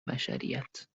بشریت